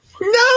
No